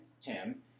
Tim